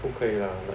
不可以 lah